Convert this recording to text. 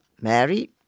Mary